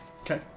Okay